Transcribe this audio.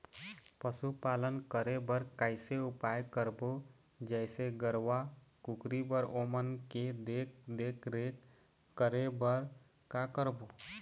पशुपालन करें बर कैसे उपाय करबो, जैसे गरवा, कुकरी बर ओमन के देख देख रेख करें बर का करबो?